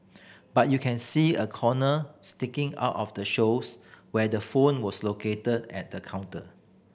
but you can see a corner sticking out of the shows where the phone was located on the counter